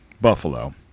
Buffalo